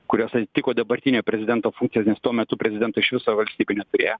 kurios atitiko dabartinio prezidento funkcijas nes tuo metu prezidento iš viso valstybė neturėjo